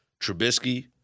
Trubisky